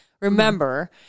Remember